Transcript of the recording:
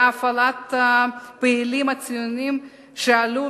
היה הפעלת הפעילים הציונים שעלו